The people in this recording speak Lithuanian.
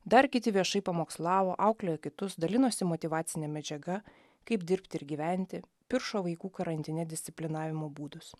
dar kiti viešai pamokslavo auklėjo kitus dalinosi motyvacine medžiaga kaip dirbti ir gyventi piršo vaikų karantine disciplinavimo būdus